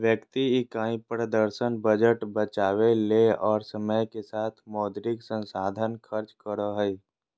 व्यक्ति इकाई प्रदर्शन बजट बचावय ले और समय के साथ मौद्रिक संसाधन खर्च करो हइ